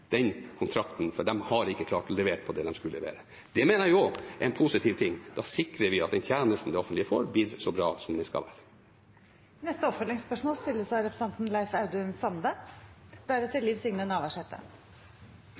kontrakten fordi de ikke har klart å levere det de skulle. Det mener jeg er en positiv ting. Da sikrer vi at den tjenesten det offentlige får, blir så bra som den skal være. Leif Audun Sande – til oppfølgingsspørsmål.